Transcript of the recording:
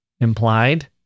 Implied